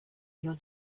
your